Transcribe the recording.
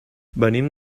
venim